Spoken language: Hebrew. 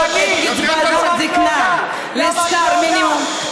תעני, קצבת זקנה לשכר מינימום.